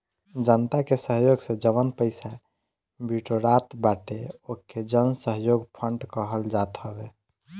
जनता के सहयोग से जवन पईसा बिटोरात बाटे ओके जनसहयोग फंड कहल जात हवे